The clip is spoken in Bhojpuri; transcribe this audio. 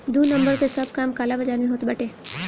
दू नंबर कअ सब काम काला बाजार में होत बाटे